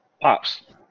Pops